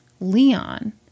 Leon